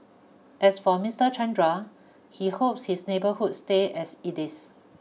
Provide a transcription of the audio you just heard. as for Mister Chandra he hopes his neighbourhood stay as it is